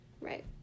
Right